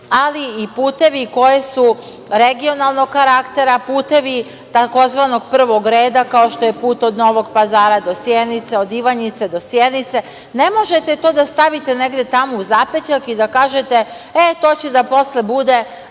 ali i putevi koji su regionalnog karaktera, putevi tzv. prvog reda, kao što je put od Novog Pazara do Sjenice, od Ivanjice do Sjenice. Ne možete to da stavite negde tamo u zapećak i da kažete – e to će da posle bude